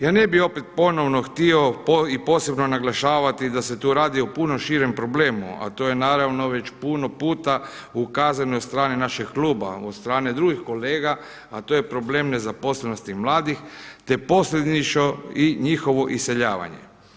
Ja ne bih opet ponovno htio i posebno naglašavati da se tu radi o puno širem problemu, a to je naravno već puno puta ukazano od strane našeg kluba, od strane drugih kolega, a to je problem nezaposlenosti mladih, te posljedično i njihovo iseljavanje.